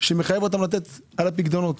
שמחייב אותם לתת על הפיקדונות.